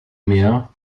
mär